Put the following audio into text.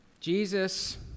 Jesus